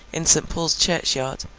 in st. paul's churchyard,